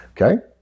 okay